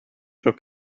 her